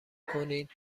کنید